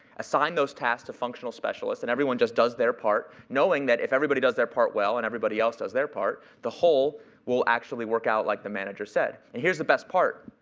assign those tasks to functional specialists. and everyone just does their part knowing that if everybody does their part well and everybody else does their part, the whole will actually work out like the manager said. and here's the best part.